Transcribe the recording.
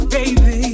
Baby